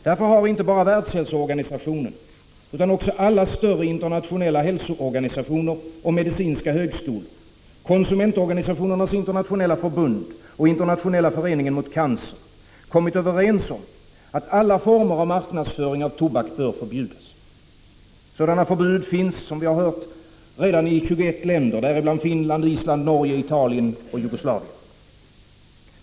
Därför har inte bara Världshälsoorganisationen utan också alla större internationella hälsoorganisationer och medicinska högskolor, Konsumentorganisationernas internationella förbund och Internationella föreningen mot cancer kommit överens om att alla former av marknadsföring av tobak bör förbjudas. Sådana förbud finns redan, som vi hört, i 21 länder, däribland Finland, Island, Norge, Italien och Jugoslavien.